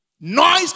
Noise